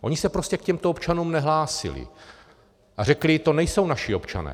Oni se prostě k těmto občanům nehlásili a řekli: To nejsou naši občané.